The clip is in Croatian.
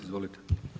Izvolite.